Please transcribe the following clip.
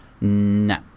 no